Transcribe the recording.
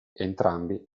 entrambi